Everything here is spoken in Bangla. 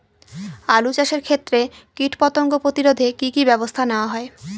আলু চাষের ক্ষত্রে কীটপতঙ্গ প্রতিরোধে কি কী ব্যবস্থা নেওয়া হয়?